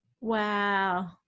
Wow